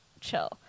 chill